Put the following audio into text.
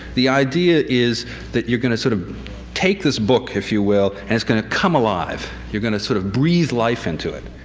the idea is that you're going to sort of take this book, if you will, and it's going to come alive. you're going to sort of breathe life into it.